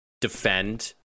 defend